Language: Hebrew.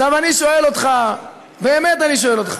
עכשיו אני שואל אותך, באמת אני שואל אותך.